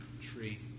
tree